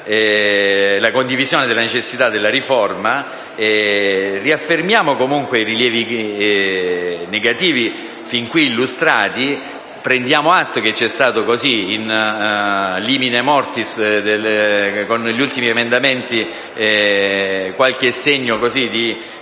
la condivisione della necessità della riforma, riaffermiamo comunque i rilievi negativi fin qui illustrati e prendiamo atto che c'è stato *in limine mortis*, con gli ultimi emendamenti, qualche segno di attenzione,